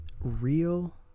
Real